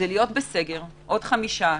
- להיות בסגר עוד חמישה,